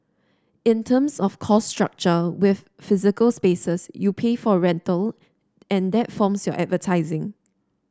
in terms of cost structure with physical spaces you pay for rental and that forms your advertising